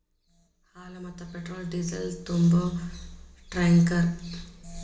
ಹಾಲ, ಮತ್ತ petrol diesel ತುಂಬು ಟ್ಯಾಂಕರ್